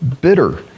bitter